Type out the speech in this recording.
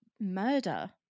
murder